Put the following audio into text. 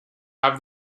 have